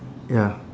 ya